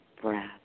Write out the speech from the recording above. breath